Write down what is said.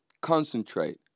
concentrate